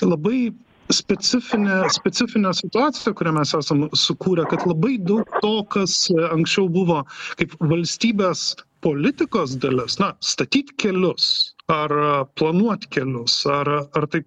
labai specifinę specifinę situaciją kurią mes esam sukūrę kad labai daug to kas anksčiau buvo kaip valstybės politikos dalis na statyt kelius ar planuot kelius ar ar tai